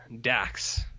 dax